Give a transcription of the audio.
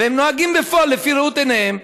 והם נוהגים בפועל לפי ראות עיניהם,